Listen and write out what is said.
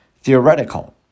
theoretical